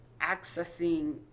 accessing